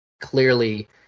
clearly